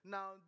Now